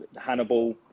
Hannibal